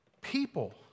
people